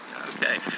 Okay